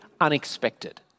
unexpected